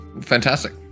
Fantastic